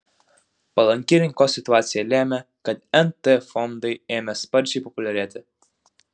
palanki rinkos situacija lėmė kad nt fondai ėmė sparčiai populiarėti